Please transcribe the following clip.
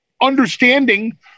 understanding